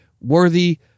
worthy